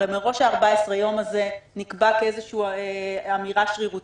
הרי מראש 14 הימים האלה נקבעו כאיזושהי אמירה שרירותית.